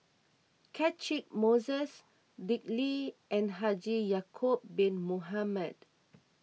Catchick Moses Dick Lee and Haji Ya'Acob Bin Mohamed